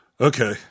Okay